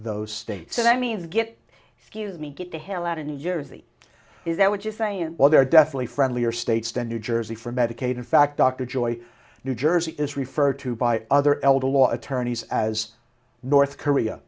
those states so that means get scuse me get the hell out of new jersey is that what you're saying while there are definitely friendlier states than new jersey for medicaid in fact dr joye new jersey is referred to by other elder law attorneys as north korea